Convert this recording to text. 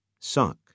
Suck